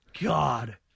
God